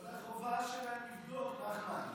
אבל זו החובה שלהם לבדוק, נחמן.